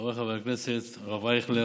חבריי חברי הכנסת, הרב אייכלר,